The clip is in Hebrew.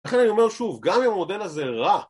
לכן אני אומר שוב, גם אם המודל הזה רע